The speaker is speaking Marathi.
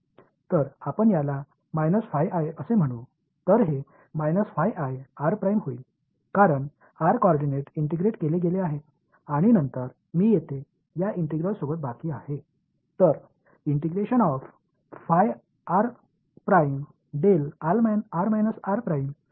तर आपण याला असे म्हणू तर हे होईल कारण r कोऑर्डिनेंट इंटिग्रेट केले गेले आहे आणि नंतर मी येथे या इंटिग्रलसोबत बाकी आहे